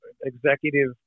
executive